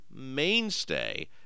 mainstay